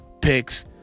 picks